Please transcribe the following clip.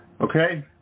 Okay